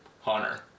Hunter